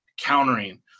countering